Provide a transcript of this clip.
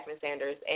Sanders